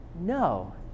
no